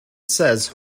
says